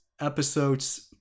episode's